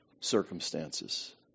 circumstances